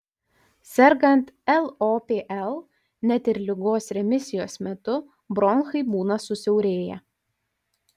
sergant lopl net ir ligos remisijos metu bronchai būna susiaurėję